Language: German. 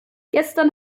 gestern